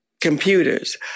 computers